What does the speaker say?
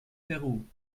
peru